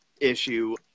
issue